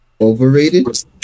overrated